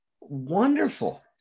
wonderful